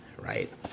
right